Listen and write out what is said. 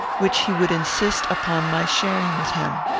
which he would insist upon my sharing with him.